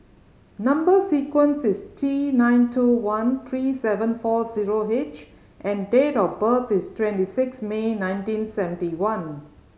number sequence is T nine two one three seven four zero H and date of birth is twenty six May nineteen seventy one